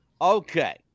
Okay